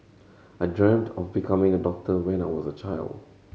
I dreamt of becoming a doctor when I was a child